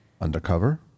Undercover